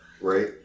Right